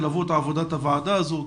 תלוו את עבודת הוועדה הזאת,